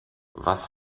was